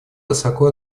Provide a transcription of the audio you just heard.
высоко